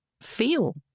feel